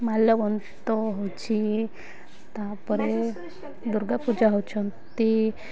ମାଲବନ୍ତ ହେଉଛି ତା'ପରେ ଦୁର୍ଗା ପୂଜା ହେଉଛନ୍ତି